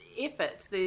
efforts